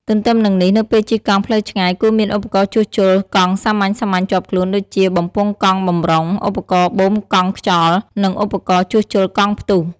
ទទ្ទឹមនឹងនេះ នៅពេលជិះកង់ផ្លូវឆ្ងាយ គួរមានឧបករណ៍ជួសជុលកង់សាមញ្ញៗជាប់ខ្លួន ដូចជា បំពង់កង់បម្រុង ឧបករណ៍បូមកង់ខ្យល់ និងឧបករណ៍ជួសជុលកង់ផ្ទុះ។